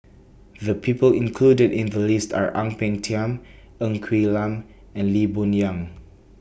The People included in The list Are Ang Peng Tiam Ng Quee Lam and Lee Boon Yang